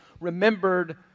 remembered